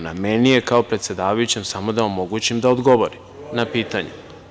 Na meni je kao predsedavajućem samo da omogućim da odgovori na pitanje.